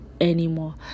anymore